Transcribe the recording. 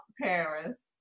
Paris